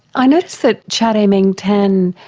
i notice that chade-meng tan,